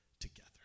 together